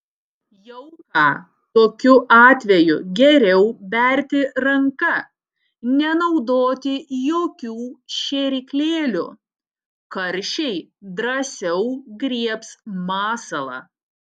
jauką tokiu atveju geriau berti ranka nenaudoti jokių šėryklėlių karšiai drąsiau griebs masalą